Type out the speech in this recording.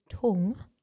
tongue